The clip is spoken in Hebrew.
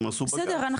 בסדר,